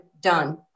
done